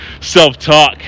self-talk